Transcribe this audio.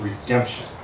Redemption